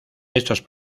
estos